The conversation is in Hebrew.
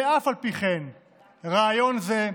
ואף על פי כן רעיון זה,